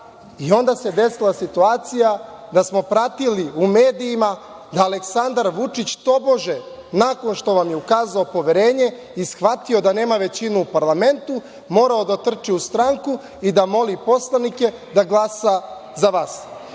i onda se desila situacija da smo pratili u medijima da Aleksandar Vučić tobože nakon što vam je ukazao poverenje i shvatio da nema većinu u parlamentu, morao da trči u stranku i da moli poslanike da glasaju za vas.